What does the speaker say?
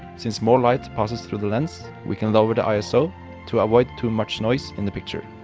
since more light passes through the lens, we can lower the iso to avoid too much noise in the picture.